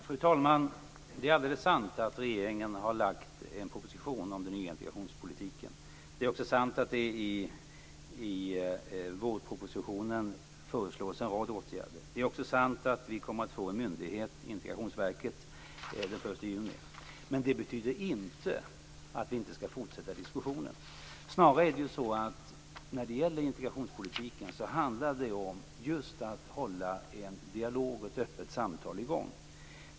Fru talman! Det är alldeles sant att regeringen har lagt fram en proposition om den nya integrationspolitiken. Det är också sant att det i vårpropositionen föreslås en rad åtgärder och att vi den 1 juni kommer att få en ny myndighet, Integrationsverket. Det betyder dock inte att vi inte skall fortsätta diskussionen. Snarare handlar det i integrationspolitiken just om att hålla en dialog och ett öppet samtal i gång.